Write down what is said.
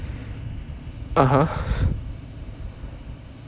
(uh huh)